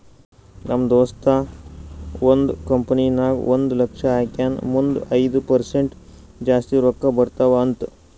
ನಮ್ ದೋಸ್ತ ಒಂದ್ ಕಂಪನಿ ನಾಗ್ ಒಂದ್ ಲಕ್ಷ ಹಾಕ್ಯಾನ್ ಮುಂದ್ ಐಯ್ದ ಪರ್ಸೆಂಟ್ ಜಾಸ್ತಿ ರೊಕ್ಕಾ ಬರ್ತಾವ ಅಂತ್